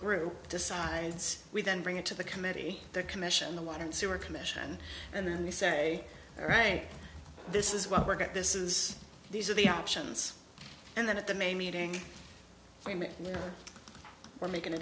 group decides we then bring it to the committee their commission the water and sewer commission and then we say all right this is what we're get this is these are the options and then at the may meeting we're making a